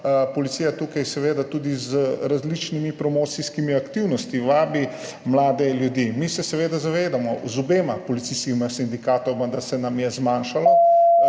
Policija tukaj seveda tudi z različnimi promocijskimi aktivnostmi vabi mlade ljudi. Mi se seveda z obema policijskima sindikatoma zavedamo, da se je zmanjšalo